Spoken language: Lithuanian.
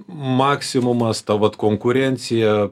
maksimumas ta vat konkurencija